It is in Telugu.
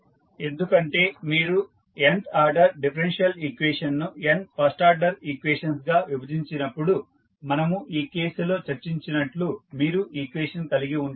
ఎందుకంటే మీరు n వ ఆర్డర్ డిఫరెన్షియల్ ఈక్వేషన్ ను n ఫస్ట్ ఆర్డర్ ఈక్వేషన్స్ గా విభజించినప్పుడు మనము ఈ కేసులో చర్చించినట్లు మీరు ఈక్వేషన్ కలిగి ఉంటారు